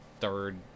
third